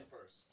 first